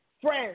friends